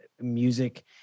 music